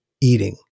eating